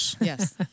Yes